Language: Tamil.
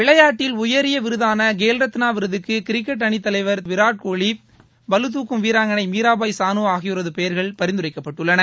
விளையாட்டில் உயரிய விருதான கேவ்ரத்னா விருதுக்கு கிரிக்கெட் அணி தலைவர் விராட் கோலி பளுதூக்கும் வீராங்கனை மீராபாய் சானு ஆகியோரது பெயர்கள் பரிந்துரைக்கப்பட்டுள்ளன